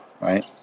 right